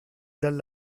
dal